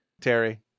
Terry